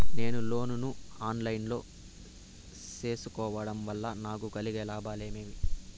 నేను లోను ను online లో సేసుకోవడం వల్ల నాకు కలిగే లాభాలు ఏమేమీ?